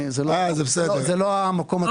זה לא המקום הטבעי שלי.